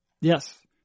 Yes